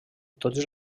tots